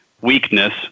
weakness